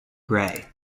grey